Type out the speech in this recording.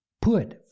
Put